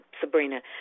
Sabrina